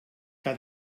que